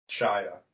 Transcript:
Shia